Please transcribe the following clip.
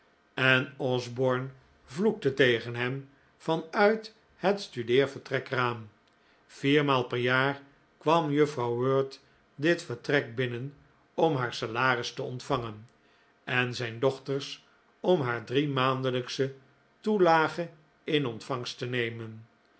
en osborne vloekte tegen hem van uit het studeervertrekraam vier maal per jaar kwam juffrouw wirt dit vertrek binnen om haar salaris te ontvangen en zijn dochters om haar driemaandelijksche toelage in ontvangst te nemen